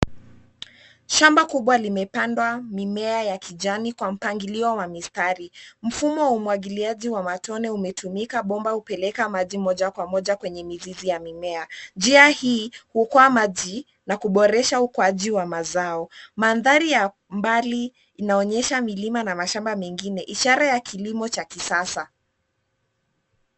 Shamba kubwa limepandwa mimea ya kijani kwa mpangilio wa mistari. Mfumo wa umwagiliaji wa matone umetumika. Bomba hupeleka maji moja kwa moja hadi kwenye mizizi ya mimea. Njia hii huokoa maji na kuboresha ukuaji wa mazao. Mandhari ya mbali inaonyesha milima na mashamba mengine ishara ya kilimo cha kisasa.